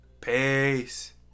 Peace